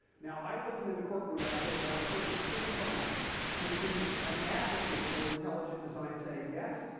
now i wasn't in the courtroom that day, but i'm sure it was pretty funny to see an advocate for intelligent design say, yes,